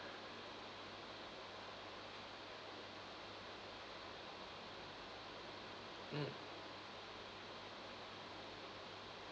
mm